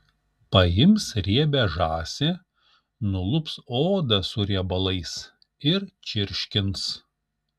paims riebią žąsį nulups odą su riebalais ir čirškins